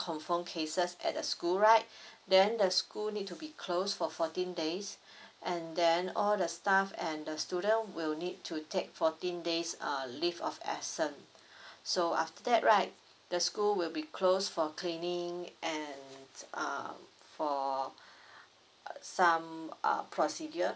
confirmed cases at the school right then the school need to be closed for fourteen days and then all the staff and the student will need to take fourteen days uh leave of absence so after that right the school will be closed for cleaning and um for uh some uh procedure